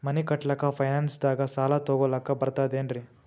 ಮನಿ ಕಟ್ಲಕ್ಕ ಫೈನಾನ್ಸ್ ದಾಗ ಸಾಲ ತೊಗೊಲಕ ಬರ್ತದೇನ್ರಿ?